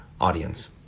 Audience